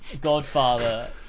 Godfather